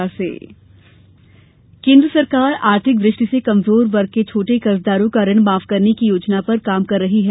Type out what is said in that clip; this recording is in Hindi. ऋण माफी केंद्र सरकार आर्थिक दृष्टि से कमजोर वर्ग के छोटे कर्जदारों का ऋण माफ करने की योजना पर काम कर रही है